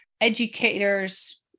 educators